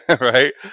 Right